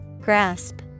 Grasp